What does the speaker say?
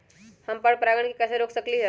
हम पर परागण के कैसे रोक सकली ह?